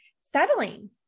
settling